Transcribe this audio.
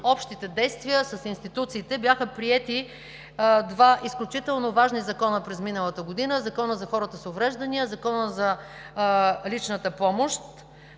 общите действия с институциите бяха приети два изключително важни закона през миналата година – Законът за хората с увреждания, Законът за личната помощ,